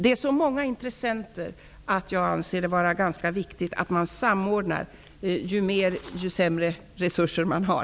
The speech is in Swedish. Det finns så många intressenter att jag anser det vara mer viktigt att man samordnar uppköpen ju sämre resurser man har.